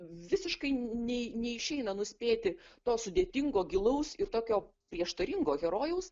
visiškai ne neišeina nuspėti to sudėtingo gilaus ir tokio prieštaringo herojaus